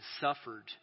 suffered